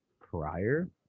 prior